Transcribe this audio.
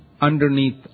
underneath